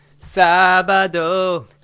Sabado